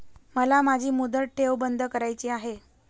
मला माझी मुदत ठेव बंद करायची आहे